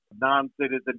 non-citizen